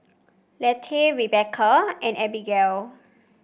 Leatha Rebecca and Abigayle